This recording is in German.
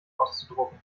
auszudrucken